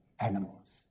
animals